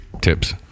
tips